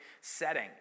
setting